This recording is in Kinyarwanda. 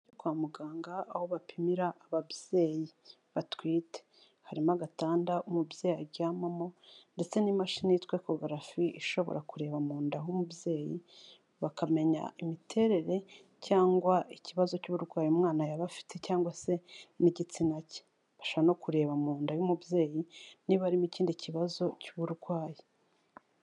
Kwa muganga aho bapimira ababyeyi batwite, harimo agatanda umubyeyi aryamamo, ndetse n'imashini yitwa ekogarafi ishobora kureba mu nda h'umubyeyi bakamenya imiterere cyangwa ikibazo cy'uburwayi umwana yaba afite cyangwa se n'igitsina cye, ifasha no kureba mu nda y'umubyeyi niba harimo ikindi kibazo cy'uburwayi.